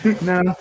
no